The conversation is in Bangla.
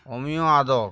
অমিয় আদক